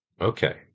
Okay